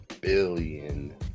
billion